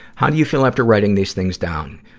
how do you feel after writing these things down?